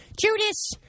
Judas